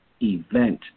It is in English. event